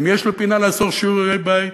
אם יש לו פינה לעשות שיעורי בית